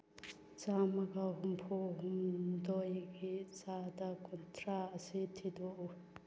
ꯆꯥꯝꯃꯒ ꯍꯨꯝꯐꯨ ꯍꯨꯝꯗꯣꯏꯒꯤ ꯆꯥꯗ ꯀꯨꯟꯊ꯭ꯔꯥ ꯑꯁꯤ ꯊꯤꯗꯣꯛꯎ